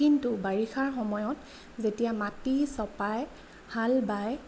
কিন্তু বাৰিষাৰ সময়ত যেতিয়া মাটি ছপাই হাল বায়